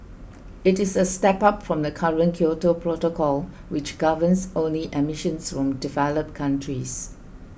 it is a step up from the current Kyoto Protocol which governs only emissions from developed countries